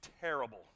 terrible